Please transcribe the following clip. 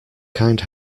kind